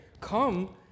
Come